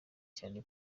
cyane